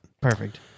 Perfect